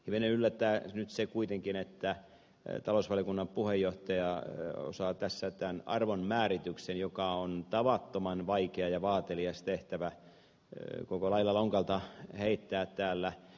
hivenen yllättää nyt kuitenkin että talousvaliokunnan puheenjohtaja osaa tämän arvonmäärityksen joka on tavattoman vaikea ja vaatelias tehtävä koko lailla lonkalta heittää täällä